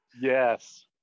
Yes